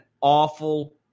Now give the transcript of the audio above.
awful